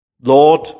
Lord